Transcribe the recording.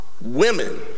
women